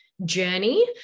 journey